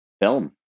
film